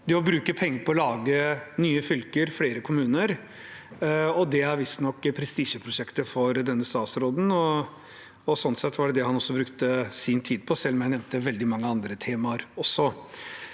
det å bruke penger på å lage nye fylker og flere kommuner. Det er visstnok prestisjeprosjektet for denne statsråden, og det var også det han brukte sin tid på, selv om jeg nevnte veldig mange andre temaer også.